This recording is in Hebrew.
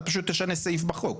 אתה פשוט תשנה סעיף בחוק.